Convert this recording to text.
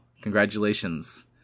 Congratulations